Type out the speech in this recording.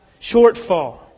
shortfall